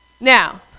Now